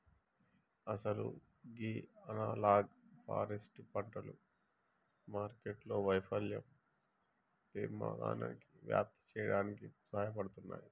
అసలు గీ analog forest పంటలు మార్కెట్టు వైఫల్యం పెమాదాన్ని వ్యాప్తి సేయడంలో సహాయపడుతుంది